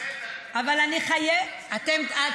אבל אני חייבת, כל שוטרי ישראל?